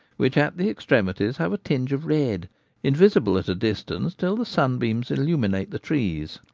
which at the extremities have a tinge of red, invisible at a distance till the sunbeams illuminate the trees.